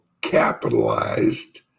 capitalized